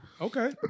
Okay